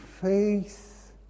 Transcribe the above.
faith